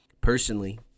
Personally